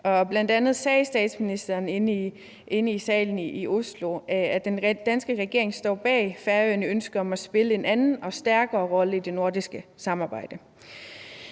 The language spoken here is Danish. bl.a. sagde statsministeren inde i salen i Oslo, at den danske regering står bag Færøernes ønske om at spille en anden og stærkere rolle i det nordiske samarbejde.